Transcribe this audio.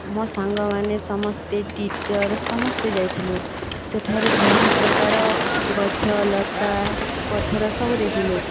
ମୋ' ସାଙ୍ଗମାନେ ସମସ୍ତେ ଟୀଚର ସମସ୍ତେ ଯାଇଥିଲୁ ସେଠାରେ ବିଭିନ୍ନ ପ୍ରକାର ଗଛ ଲତା ପଥର ସବୁ ଦେଖିଲୁ